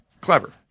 Clever